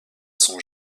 son